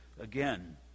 again